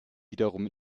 wiederum